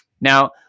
Now